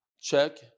check